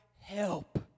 help